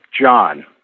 John